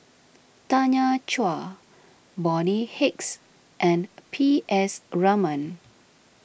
Tanya Chua Bonny Hicks and P S Raman